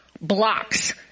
blocks—